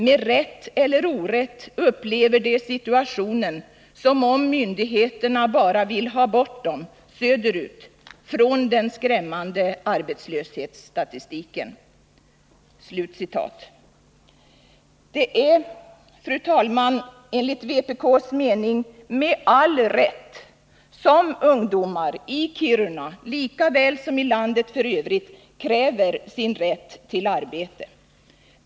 Med rätt eller orätt upplever de situationen som om myndigheterna bara ville ha bort dem söderut, från den skrämmande arbetslöshetsstatistiken.” Det är, fru talman, enligt vpk:s mening med all rätt som ungdomar i Kiruna lika väl som i landet i övrigt kräver sin rätt till arbete.